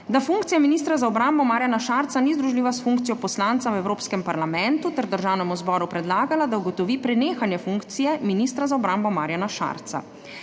da funkcija ministra za obrambo Marjana Šarca ni združljiva s funkcijo poslanca v Evropskem parlamentu, ter Državnemu zboru predlagala, da ugotovi prenehanje funkcije ministra za obrambo Marjana Šarca.